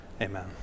Amen